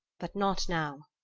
but not now.